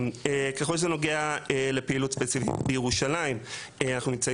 ככל שזה נוגע לפעילות ספציפית: בירושלים אנחנו נמצאים